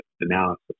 analysis